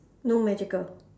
no magical